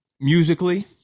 Musically